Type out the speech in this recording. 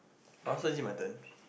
!huh! so is it my turn